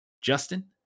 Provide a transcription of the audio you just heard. Justin